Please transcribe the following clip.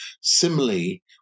similarly